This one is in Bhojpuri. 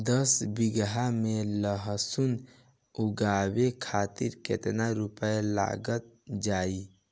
दस बीघा में लहसुन उगावे खातिर केतना रुपया लग जाले?